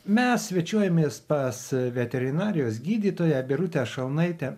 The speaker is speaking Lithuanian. mes svečiuojamės pas veterinarijos gydytoją birutę šalnaite